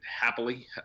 happily